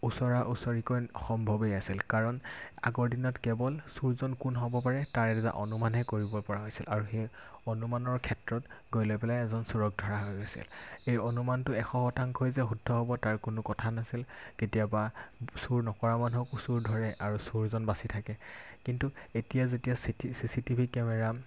ওচৰা ওচৰিকৈ সম্ভৱেই আছিল কাৰণ আগৰ দিনত কেৱল চুৰজন কোন হ'ব পাৰে তাৰ এটা অনুমানহে কৰিব পৰা হৈছিল আৰু সেই অনুমানৰ ক্ষেত্ৰত গৈ লৈ পেলাই এজন চুৰক ধৰা হৈছিল এই অনুমানটো এশ শতাংশই যে শুদ্ধ হ'ব তাৰ কোনো কথা নাছিল কেতিয়াবা চুৰ নকৰা মানুহক চোৰ ধৰে আৰু চুৰজন বাচি থাকে কিন্তু এতিয়া যেতিয়া চিটি চি চি টিভি কেমেৰা